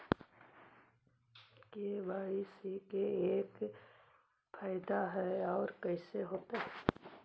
KYC से का फायदा है और कैसे होतै?